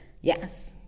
Yes